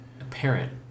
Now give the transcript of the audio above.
apparent